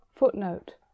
Footnote